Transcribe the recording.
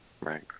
right